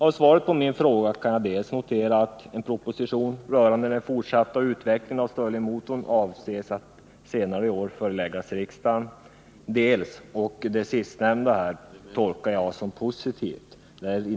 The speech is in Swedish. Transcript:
I svaret på min fråga noterar jag att en proposition rörande den fortsatta utvecklingen av stirlingmotorn avses att senare i år föreläggas riksdagen. Svarets sista mening tolkar jag positivt.